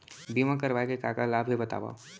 बीमा करवाय के का का लाभ हे बतावव?